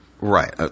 Right